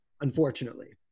unfortunately